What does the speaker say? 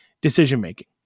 decision-making